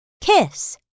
kiss